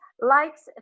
likes